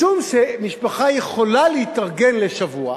מכיוון שמשפחה יכולה להתארגן לשבוע,